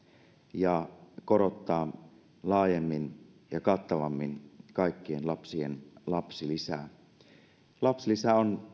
ja korottaa laajemmin ja kattavammin kaikkien lapsien lapsilisää lapsilisä on